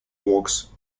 works